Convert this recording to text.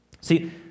See